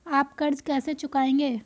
आप कर्ज कैसे चुकाएंगे?